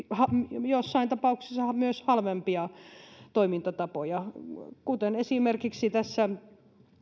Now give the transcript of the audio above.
jossain tapauksissa myös halvempia toimintatapoja kuten esimerkiksi tässä